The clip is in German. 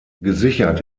gesichert